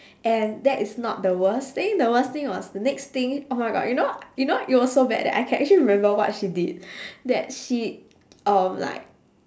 and that is not the worst then the worst thing was next thing oh my god you know you know it was so bad that I can actually remember what she did that she um like